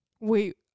Wait